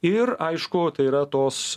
ir aišku tai yra tos